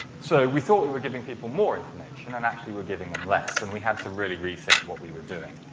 so, we thought we were giving people more information and actually we're giving them less. and we had to really rethink what we were doing.